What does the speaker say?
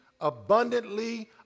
abundantly